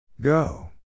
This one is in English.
Go